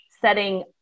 setting